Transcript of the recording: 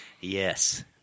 Yes